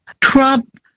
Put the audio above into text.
Trump